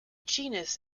genus